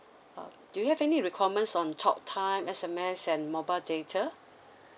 uh do you have any requirements on talk time S_M_S and mobile data